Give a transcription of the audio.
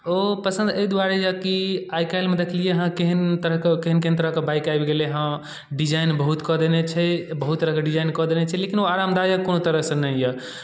ओ पसन्द एहि दुआरे यए कि आइ काल्हिमे देखलियै हे केहन तरहके केहन केहन तरहके बाइक आबि गेलै हेँ डिजाइन बहुत कऽ देने छै बहुत तरहके डिजाइन कऽ देने छै लेकिन ओ आरामदायक कोनो तरहसँ नहि यए